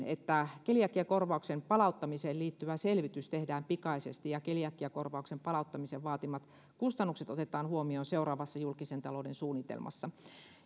että keliakiakorvauksen palauttamiseen liittyvä selvitys tehdään pikaisesti ja keliakiakorvauksen palauttamisen vaatimat kustannukset otetaan huomioon seuraavassa julkisen talouden suunnitelmassa